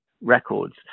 Records